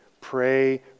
Pray